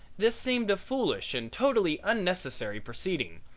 this seemed a foolish and totally unnecessary proceeding,